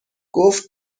گفت